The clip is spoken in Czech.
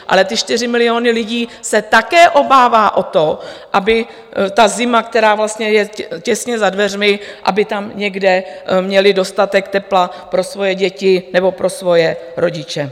Ale ty 4 miliony lidí se také obávají o to, aby ta zima, která vlastně je těsně za dveřmi, aby tam někde měli dostatek tepla pro svoje děti nebo pro svoje rodiče.